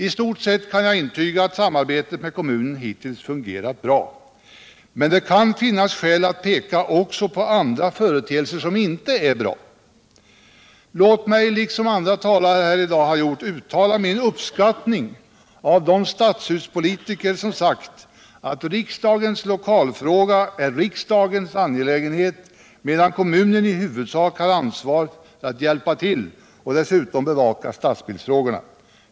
I stort sett kan jag intyga att samarbetet med kommunen hittills har fungerat bra, men det kan finnas skäl att också peka på andra företeelser som inte är bra. Låt mig liksom andra talare här har gjort uttala min uppskattning av de stadshuspolitiker som sagt att riksdagens lokalfråga är riksdagens angelägenhet, medan kommunen i huvudsak har ansvaret att hjälpa till och dessutom att bevaka stadsbildsfrågorna.